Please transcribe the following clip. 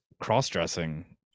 cross-dressing